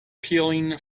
peeling